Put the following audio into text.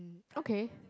okay